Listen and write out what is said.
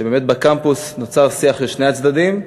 שבאמת בקמפוס נוצר שיח של שני הצדדים,